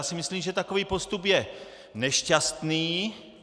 Já si myslím, že takový postup je nešťastný.